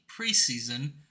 preseason